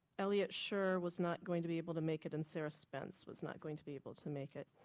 elliott shur was not going to be able to make it and sarah spence was not going to be able to make it.